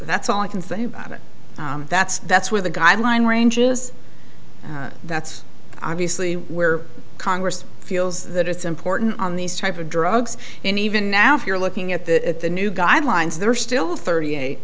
that's all i can think about it that's that's where the guy mind range is that's obviously where congress feels that it's important on these type of drugs and even now if you're looking at that at the new guidelines there are still thirty eight